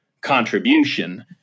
contribution